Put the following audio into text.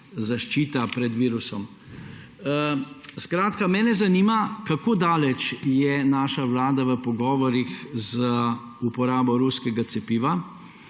zaščita pred virusom. Mene zanima: Kako daleč je naša vlada v pogovorih za uporabo ruskega cepiva?